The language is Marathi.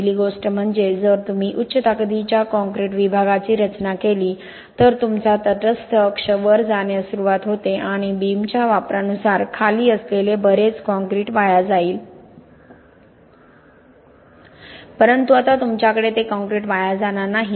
पहिली गोष्ट म्हणजे जर तुम्ही उच्च ताकदीच्या काँक्रीट विभागाची रचना केली तर तुमचा तटस्थ अक्ष वर जाण्यास सुरवात होते आणि बीमच्या वापरानुसार खाली असलेले बरेच काँक्रीट वाया जाईल परंतु आता तुमच्याकडे ते काँक्रीट वाया जाणार नाही